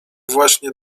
właśnie